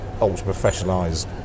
ultra-professionalised